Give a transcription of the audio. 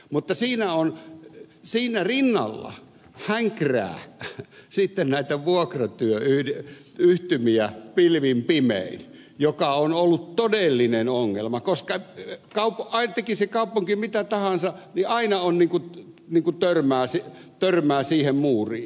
mutta siinä rinnalla hänkrää sitten näitä vuokratyöyhtymiä pilvin pimein mikä on ollut todellinen ongelma koska teki se kaupunki mitä tahansa niin aina törmää siihen muuriin